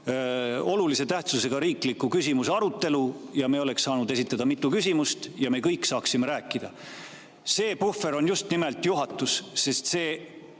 olulise tähtsusega riikliku küsimuse arutelu. Me oleks saanud esitada mitu küsimust ja me oleks kõik saanud rääkida. See puhver on just nimelt juhatus, sest